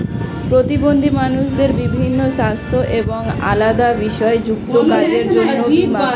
প্রতিবন্ধী মানুষদের বিভিন্ন সাস্থ্য এবং আলাদা বিষয় যুক্ত কাজের জন্য বীমা